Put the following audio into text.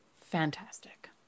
Fantastic